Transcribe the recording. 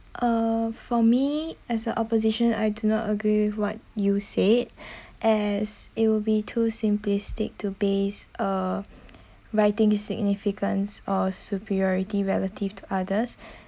uh for me as an opposition I do not agree with what you said as it will be too simplistic to base uh writing significance or superiority relative to others